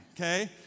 Okay